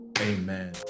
amen